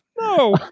No